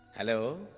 hello!